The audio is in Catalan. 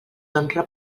honra